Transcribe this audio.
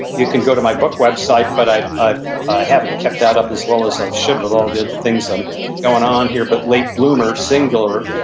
you can go to my book website, but i ah i haven't kept that up as well as i should with all the other things and going on here, but late bloomer, singular,